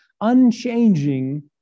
unchanging